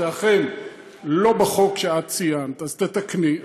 זה אכן לא בחוק שאת ציינת, אז תתקני.